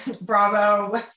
Bravo